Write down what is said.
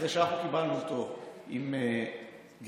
אחרי שאנחנו קיבלנו אותו עם גירעון,